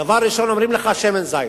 דבר ראשון אומרים לך: שמן זית.